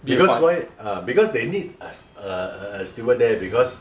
because why ah because they need a a steward there because